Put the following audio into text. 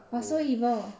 they're so evil